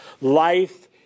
Life